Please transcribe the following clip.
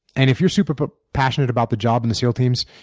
and if you're super but passionate about the job in the seal teams,